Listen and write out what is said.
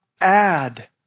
add